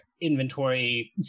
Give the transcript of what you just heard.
inventory